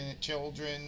Children